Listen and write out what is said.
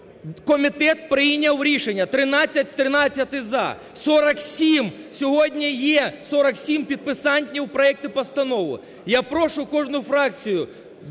Комітет прийняв рішення, 13 з 13-и – за. 47, сьогодні є 47 підписантів проекту постанови. Я прошу кожну фракцію